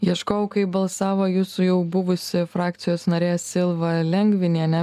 ieškojau kaip balsavo jūsų jau buvusi frakcijos narė silva lengvinienė